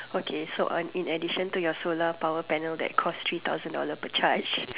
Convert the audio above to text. okay so earn in addition to your solar power panel that cost three thousand dollar per charge